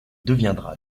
deviendra